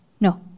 no